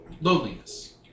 loneliness